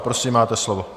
Prosím, máte slovo.